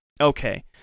Okay